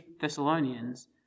Thessalonians